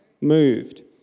moved